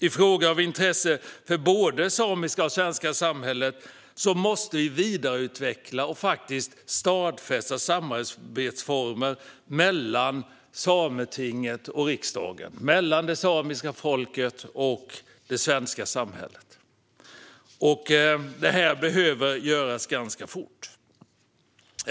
I frågor av intresse för både det samiska och det svenska samhället måste vi vidareutveckla och stadfästa samarbetsformerna mellan Sametinget och riksdagen, mellan det samiska folket och det svenska samhället. Detta behöver göras ganska fort.